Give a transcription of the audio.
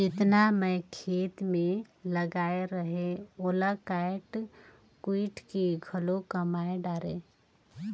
जेतना मैं खेत मे लगाए रहें ओला कायट कुइट के घलो कमाय डारें